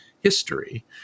history